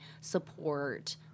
support